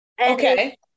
Okay